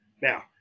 Now